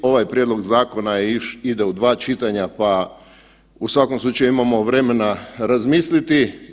Ovaj prijedlog zakona ide u 2 čitanja, pa u svakom slučaju imamo vremena razmisliti.